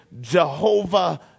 Jehovah